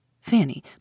Fanny